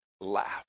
laugh